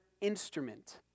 instrument